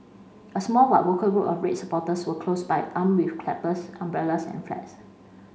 a small but vocal group of red supporters were close by armed with clappers umbrellas and flags